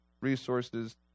resources